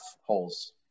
holes